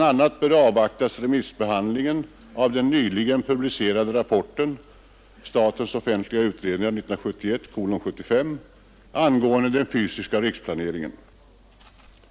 a. bör avvaktas remissbehandlingen av den nyligen offentliggjorda rapporten angående fysisk riksplanering.